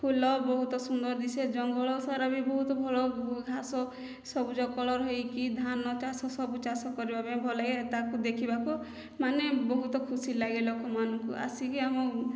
ଫୁଲ ବହୁତ ସୁନ୍ଦର ଦିଶେ ଜଙ୍ଗଲ ସାରା ବି ବହୁତ ଭଲ ଘାସ ସବୁଜ କଲର୍ ହୋଇକି ଧାନ ଚାଷ ସବୁ ଚାଷ କରିବା ପାଇଁ ଭଲ ଲାଗେ ତାକୁ ଦେଖିବାକୁ ମାନେ ବହୁତ ଖୁସି ଲାଗେ ଲୋକମାନଙ୍କୁ ଆସିକି ଆମ